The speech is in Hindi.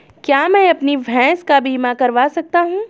क्या मैं अपनी भैंस का बीमा करवा सकता हूँ?